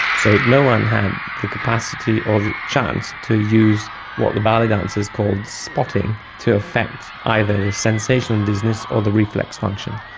so no one had the capacity or the chance to use what the ballet dancers called spotting to affect either the sensation of and dizziness or the reflex function.